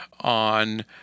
on